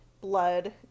blood